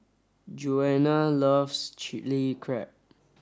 Djuana loves Chili Crab